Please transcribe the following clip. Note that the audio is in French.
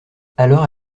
alors